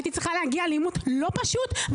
הייתי צריכה להגיע לעימות לא פשוט,